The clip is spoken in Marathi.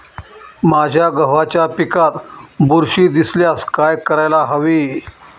माझ्या गव्हाच्या पिकात बुरशी दिसल्यास काय करायला हवे?